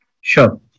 Sure